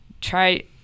try